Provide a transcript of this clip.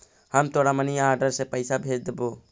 हम तोरा money order से पइसा भेज देबो